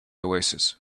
oasis